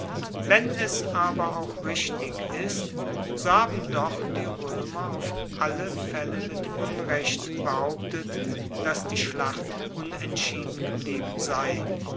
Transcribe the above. wenn es aber auch richtig ist so haben doch die roemer auf alle faelle mit unrecht behauptet dass die schlacht unentschieden geblieben sei